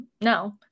no